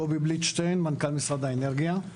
קובי בליטשטיין, מנכ"ל משרד האנרגיה.